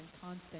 constant